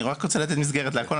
אני רק רוצה לתת מסגרת להכל,